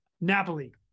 Napoli